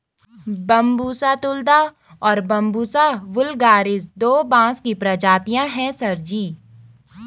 Bambusa तुलदा और बंबूसा वुल्गारिस दो बांस की प्रजातियां हैं सर जी